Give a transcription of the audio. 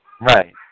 Right